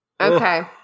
Okay